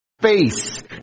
face